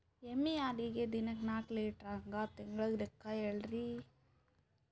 ಎಮ್ಮಿ ಹಾಲಿಗಿ ದಿನಕ್ಕ ನಾಕ ಲೀಟರ್ ಹಂಗ ತಿಂಗಳ ಲೆಕ್ಕ ಹೇಳ್ರಿ?